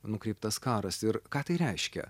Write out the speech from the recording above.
nukreiptas karas ir ką tai reiškia